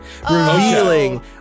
revealing